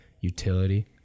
utility